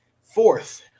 fourth